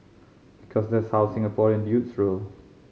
because that's how Singaporean dudes roll